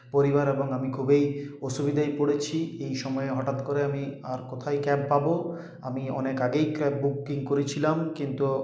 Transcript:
পরিবার এবং আমি খুবই অসুবিধেয় পড়েছি এই সময়ে হঠাৎ করে আমি আর কোথায় ক্যাব পাবো আমি অনেক আগেই ক্যাব বুকিং করেছিলাম কিন্তু